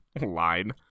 line